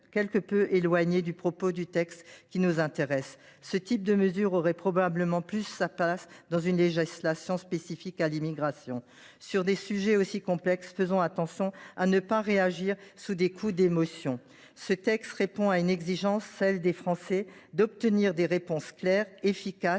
quelque peu éloignée du propos du texte qui nous intéresse. Ce type de mesure aurait probablement plus sa place dans une loi relative à l’immigration. Sur des sujets aussi complexes, veillons à ne pas réagir sous le coup de l’émotion. Ce texte répond à l’exigence des Français d’obtenir des réponses claires et efficaces